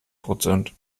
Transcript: prozent